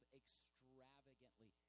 extravagantly